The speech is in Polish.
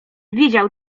widział